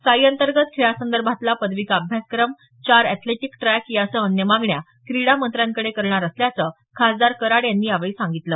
साई अंतर्गत खेळासंदर्भांतला पदविका अभ्यासक्रम चार अँथलेटिक ट्रॅक यासह अन्य मागण्या क्रीडा मंत्र्यांकडे करणार असल्याचं खासदार कराड यांनी यावेळी सांगितलं